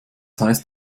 heißt